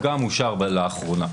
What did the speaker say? שגם אושרו לאחרונה.